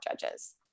judges